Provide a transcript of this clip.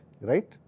Right